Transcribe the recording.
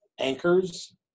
anchors